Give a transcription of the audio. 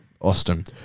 austin